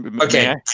Okay